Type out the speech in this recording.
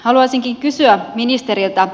haluaisinkin kysyä ministeriltä